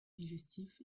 digestif